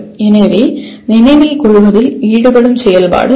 எனவே நினைவில் கொள்வதில் ஈடுபடும் செயல்பாடு அது